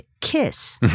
Kiss